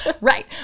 Right